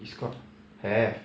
Discord have